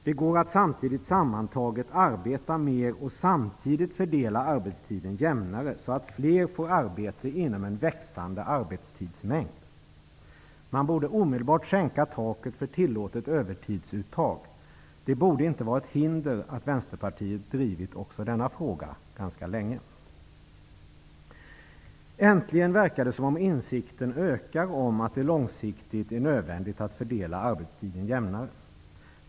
Det går att sammantaget arbeta mer och samtidigt fördela arbetstiden jämnare, så att fler får arbete inom en växande arbetstidsmängd. Man borde omedelbart sänka taket för tillåtet övertidsuttag. Det borde inte utgöra ett hinder att Vänsterpartiet ganska länge drivit också denna fråga. Äntligen verkar det som att insikten om att det långsiktigt är nödvändigt att fördela arbetstiden jämnare ökar.